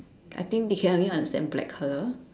I think they can only understand black colour